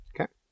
Okay